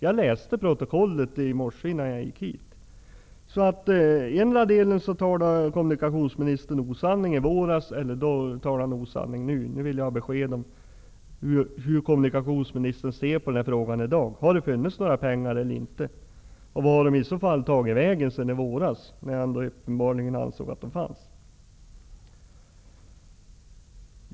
Jag läste protokollet i morse innan jag gick hit. Endera talade kommunikationsministern osanning i våras eller så gör han det nu. Jag vill ha besked om hur kommunikationsministern ser på frågan i dag. Har det funnits några pengar eller inte? Och vart har de i så fall tagit vägen sedan i våras när han uppenbarligen ansåg att de fanns?